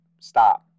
Stop